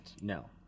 No